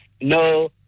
no